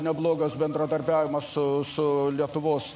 neblogas bendradarbiavimas su su lietuvos